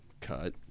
cut